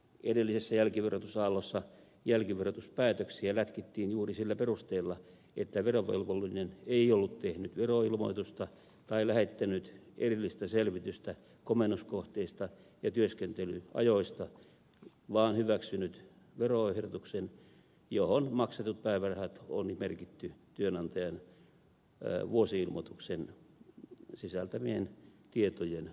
edellisessä jälkiverotusaallossa jälkiverotuspäätöksiä lätkittiin juuri sillä perusteella että verovelvollinen ei ollut tehnyt veroilmoitusta tai lähettänyt erillistä selvitystä komennuskohteista ja työskentelyajoista vaan hyväksynyt veroehdotuksen johon maksetut päivärahat on merkitty työnantajan vuosi ilmoituksen sisältämien tietojen mukaisina